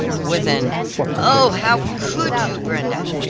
with an oh, how could you, brenda?